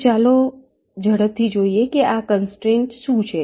તો ચાલો ઝડપથી જોઈએ કે આ કનસ્ટ્રેન્ટ શું છે